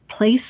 Place